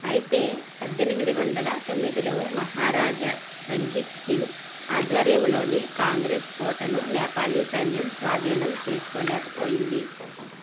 అయితే పద్దెనిమిది వందల తొమ్మిదిలో మహారాజా రంజిత్ సింగ్ ఆధ్వర్యంలోని కాంగ్రెస్ కోటను నేపాలీ సైన్యం స్వాధీనం చేసుకోలేకపోయింది